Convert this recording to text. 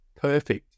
perfect